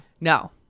No